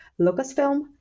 Lucasfilm